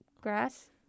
grass